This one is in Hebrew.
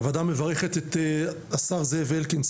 הוועדה מברכת את השר זאב אלקין,